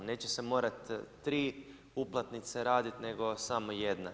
Neće se morati 3 uplatnice raditi, nego samo jedna.